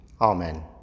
Amen